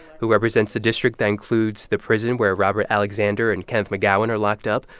who represents the district that includes the prison where robert alexander and kenneth mcgowan are locked up.